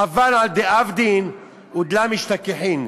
חבל על דאבדין ולא משתכחין,